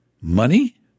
money